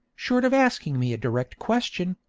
short of asking me a direct question,